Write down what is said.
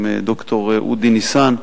ד"ר אודי ניסן,